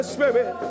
Spirit